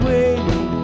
Waiting